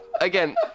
again